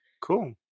Cool